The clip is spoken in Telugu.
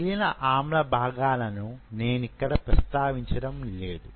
మిగిలిన ఆమ్ల భాగాలను నేనిక్కడ ప్రస్తావించడం లేదు